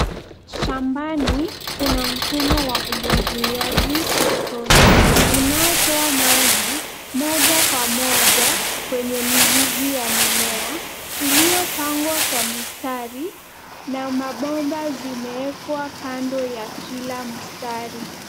Shambani kuna mfumo wa umwagiliaji matone, unaotoa maji moja kwa moja kwenye mizizi ya mimea iliopangwa kwa mistari na mabomba zimeekwa kando ya kila mstari.